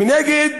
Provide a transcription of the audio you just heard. מנגד,